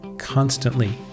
constantly